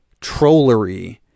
trollery